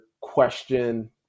question